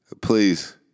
please